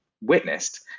witnessed